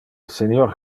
senior